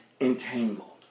entangled